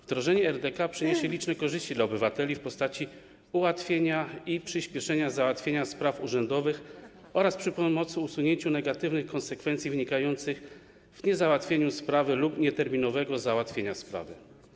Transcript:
Wdrożenie RDK przyniesie liczne korzyści dla obywateli w postaci ułatwienia i przyspieszenia załatwienia spraw urzędowych oraz pomocy w uniknięciu negatywnych konsekwencji wynikających z niezałatwienia sprawy lub nieterminowego załatwienia sprawy.